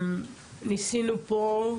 ניסינו פה,